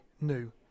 new